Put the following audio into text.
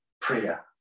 prayer